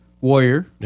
warrior